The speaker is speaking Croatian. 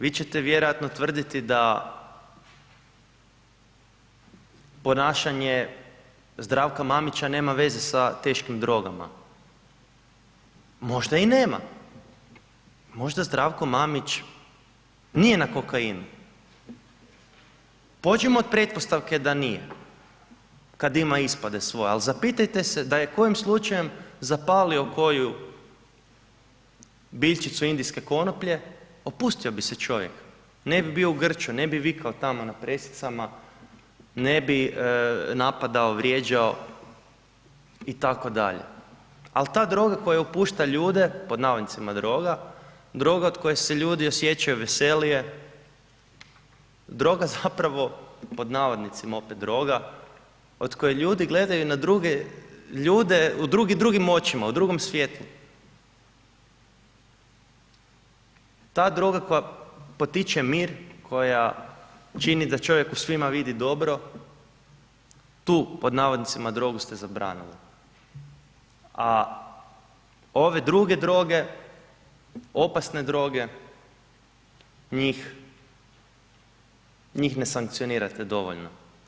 vi ćete vjerojatno tvrditi da ponašanje Zdravka Mamića nema veze sa teškim drogama, možda i nema, možda Zdravko Mamić nije na kokainu, pođimo od pretpostavke da nije kad ima ispade svoje, al zapitajte se da je kojim slučajem zapalio koju biljčicu indijske konoplje opustio bi se čovjek, ne bi bio u grču, ne bi vikao tako na presicama, ne bi napadao, vrijeđao itd., al ta droga koja opušta ljude, pod navodnicima droga, droga od koje se ljudi osjećaju veselije, droga zapravo, pod navodnicima opet droga, od koje ljudi gledaju na druge ljude u drugim, drugim očima, u drugom svijetlu, ta droga koja potiče mir, koja čini da čovjek u svima vidi dobro, tu pod navodnicima drogu ste zabranili a ove druge droge, opasne droge njih, njih ne sankcionirate dovoljno.